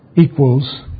Equals